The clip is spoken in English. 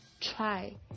try